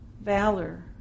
valor